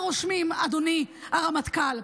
ככה רושמים, אדוני הרמטכ"ל.